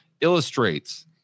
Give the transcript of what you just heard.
illustrates